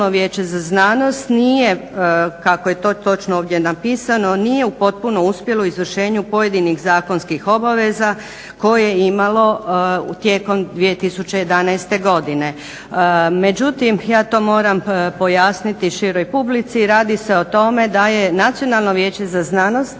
Nacionalno vijeće za znanost nije kako je to točno ovdje napisano, nije potpuno uspjelo u izvršenju pojedinih zakonskih obaveza koje je imalo tijekom 2011. godine. Međutim, ja to moram pojasniti i široj publici. I radi se o tome da je Nacionalno vijeće za znanost